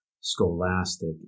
scholastic